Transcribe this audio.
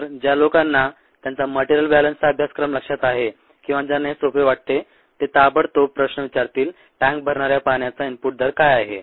तर ज्या लोकांना त्यांचा मटेरिअल बॅलन्सचा अभ्यासक्रम लक्षात आहे किंवा ज्यांना हे सोप वाटते ते ताबडतोब प्रश्न विचारतील टँक भरणाऱ्या पाण्याचा इनपुट दर काय आहे